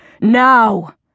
Now